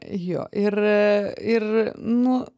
jo ir ir nu